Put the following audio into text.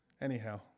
Anyhow